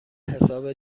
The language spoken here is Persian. حساب